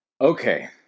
Okay